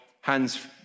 hands